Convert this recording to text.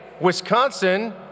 Wisconsin